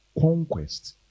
conquest